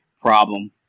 problem